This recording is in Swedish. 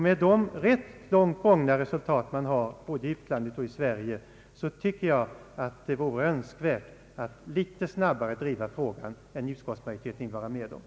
Med de ganska goda resultat man nått både i utlandet och i Sverige tycker jag att det vore önskvärt om man kunde driva frågan hårdare än utskottsmajoriteten vill göra.